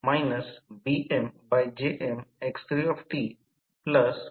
तर BC 11500 इतक्या volt मध्ये आहे आणि AC ने 2300 व्होल्ट घेतला आहे